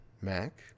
Mac